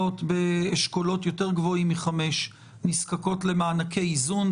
באשכולות יותר גבוהים מ-5 נזקקות למענקי איזון,